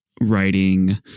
writing